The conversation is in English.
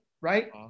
right